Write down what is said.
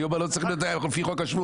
אני אומר שלא צריך להיות לפי חוק השבות